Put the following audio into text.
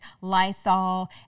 Lysol